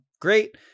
great